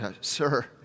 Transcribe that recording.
Sir